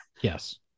yes